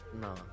no